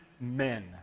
men